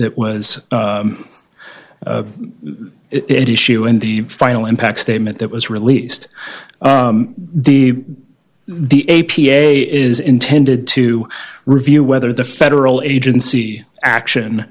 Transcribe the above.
that was it issue in the final impact statement that was released the the a p a is intended to review whether the federal agency action